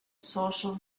social